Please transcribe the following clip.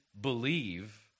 believe